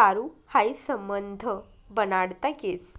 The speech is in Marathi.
दारू हायी समधं बनाडता येस